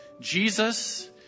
Jesus